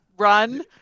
Run